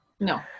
No